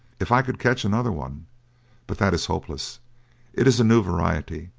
if i could catch another one but that is hopeless it is a new variety,